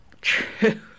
true